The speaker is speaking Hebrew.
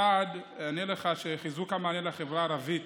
אענה לך שחיזוק המענה לחברה הערבית